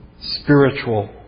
spiritual